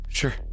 sure